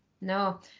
No